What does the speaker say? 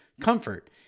comfort